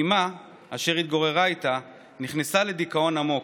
אימה, אשר התגוררה איתה, נכנסה לדיכאון עמוק.